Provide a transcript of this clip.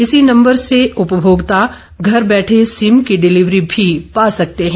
इसी नम्बर से उपभोक्ताआ घर बैठे सिम की डिलिवरी भी पा सकते है